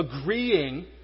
agreeing